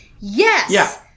yes